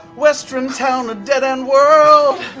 westruun town a dead-end world,